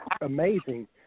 amazing